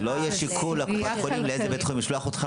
שלא יהיה שיקול לקופת החולים לאיזה בית חולים לשלוח אותך,